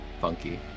Funky